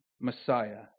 Messiah